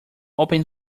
open